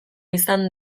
izan